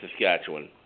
Saskatchewan